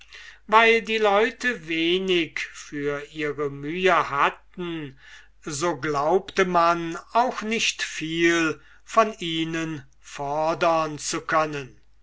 weil die leute wenig für ihre mühe hatten so glaubte man auch nicht viel von ihnen fordern zu können